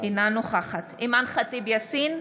אינה נוכחת אימאן ח'טיב יאסין,